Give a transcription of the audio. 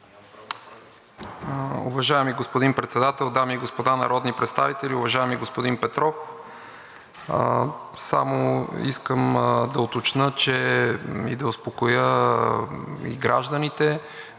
Уважаеми господин Председател, дами и господа народни представители! Уважаеми господин Петров, само искам да уточня и да успокоя гражданите